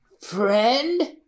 friend